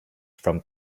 from